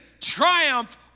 triumph